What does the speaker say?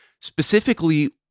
specifically